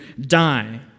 die